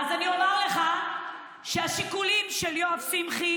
אז אני אומר לך שהשיקולים של דדי שמחי